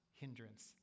hindrance